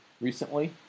recently